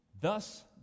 Thus